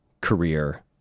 career